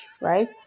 right